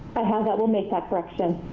ah have. i will make that correction.